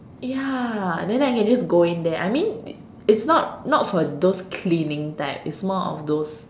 ya then I can just go in there I mean it's not not for those cleaning type it's more of those